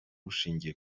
bushingiye